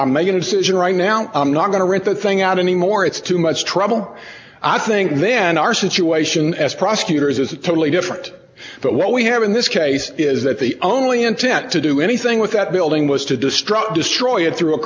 right now i'm not going to rent that thing out anymore it's too much trouble i think then our situation as prosecutors is a totally different but what we have in this case is that the only intent to do anything with that building was to destroy destroy it through a